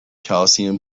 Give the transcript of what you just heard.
calcium